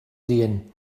ddyn